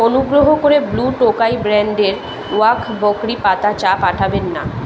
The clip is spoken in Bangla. অনুগ্রহ করে ব্লু টোকাই ব্র্যান্ডের ওয়াঘ বকরি পাতা চা পাঠাবেন না